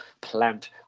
Plant